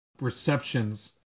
receptions